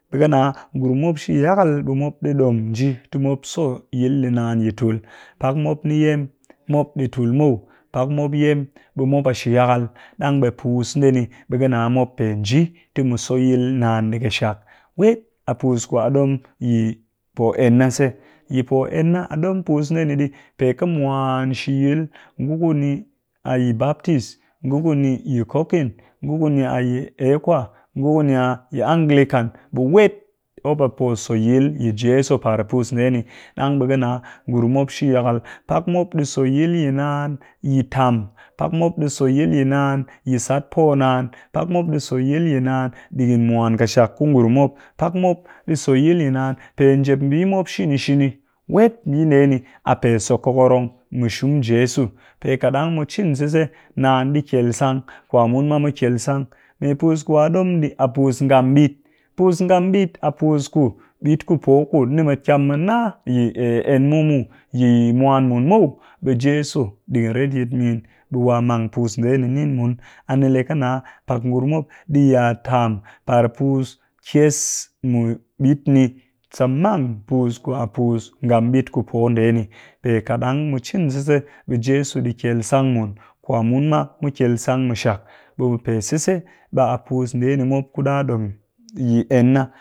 Ɗi ƙɨ nna ngurum mop shi-yakal, ɓe mop ɗi ɗom nji ti mop so yil ɗii naan yi tul pak mop ni yem mop ɗii tul muw, pak mop yem ɓe mop a shi-yakal ɗang ɓe puus ndee ni mop pe nji ti mu so yil ɗi naan ƙɨshak wet a puus ku a ɗom ni po en na se, yi po en na a ɗom puus ndee ni pe ka mwan shi-yil ngu ku ni a yi baptist, ngukuni a yi cocin, ngu ku ni a yi eckwa, ngu ku ni a yi anglican ɓe wet mop a po so yil yi jeso yi par puus ndee ni ɗang ɓe ka nna ngurum mop shi-yakal pak mop ɗi so yil naan yi tam, pak mop ɗi so yil naan yi sat poo naan, pak mop ɗii so yil naan ɗigin mwan ku ngurum mop, pak mop ɗi soyil naan pe njep mbii mop shini shini wet mbii ndee ni a pe so kokorong mu shum jeso pe kat ɗang mu cin sise naan ɗi kyel sang kwa mun ma mu kyel sang. Me puus ku ɗom ɗii a puus ngam ɓit, puus ngam ɓit a puus ku ɓit ku poh ku ni mu kyam mu nna yi en mu muw, yi mwan mun muw, ɓe jeso ɗigin retyit min ɓe wa mang puus ndee ni nin mun ɓe kanna pak ngurum mop ɗi ya tam par puus kyes mu ɓit ni sa mang puus ku a puus ngam ɓit ku poh ndee ni, pe kat dang mu cin sise ɓe jeso pe kyel sang mun kwa mun ma mu kyel sang mɨ shak ɓe pe sise a puus ndee ni mop ku ɗa ɗom yi en na.